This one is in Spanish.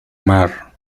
mar